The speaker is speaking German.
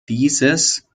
dieses